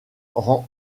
rend